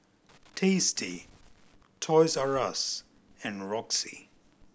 Tasty Toys R Us and Roxy